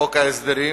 מחוק ההסדרים